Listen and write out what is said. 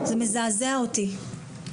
זה מזעזע אותי.